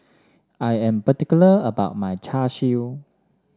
I am particular about my Char Siu